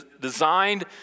designed